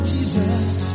Jesus